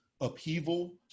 upheaval